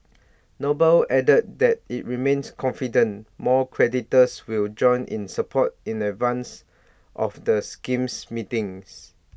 noble added that IT remains confident more creditors will join in support in advance of the scheme meetings